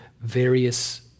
various